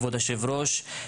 כבוד יושב-הראש,